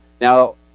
Now